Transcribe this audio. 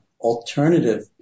alternative